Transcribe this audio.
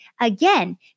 again